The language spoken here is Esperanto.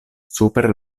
super